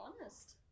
honest